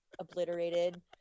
obliterated